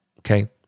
okay